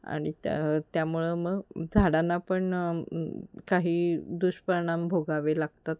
आणि त्या त्यामुळे मग झाडांना पण काही दुष्परिणाम भोगावे लागतात